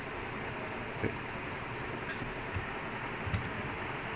they didn't buy they didn't buy them because bayern is in keep ya